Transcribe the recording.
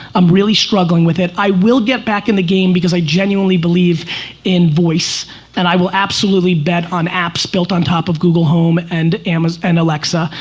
i'm really struggling with it. i will get back in the game because i genuinely believe in voice and i will absolutely bet on apps built on top of google home and ama, and alexa.